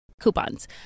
coupons